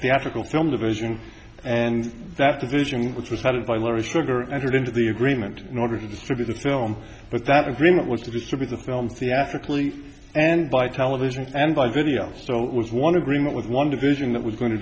theatrical film division and that division which was headed by larry sugar entered into the agreement in order to distribute the film but that agreement was to distribute the film theatrically and by television and by video so it was one agreement with one division that was going to